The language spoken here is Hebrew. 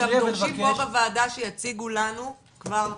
אנחנו מבקשים פה בוועדה שיציגו לנו כבר קרוב.